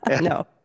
no